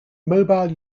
mobile